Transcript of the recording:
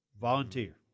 Volunteer